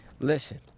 Listen